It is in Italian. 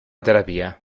terapia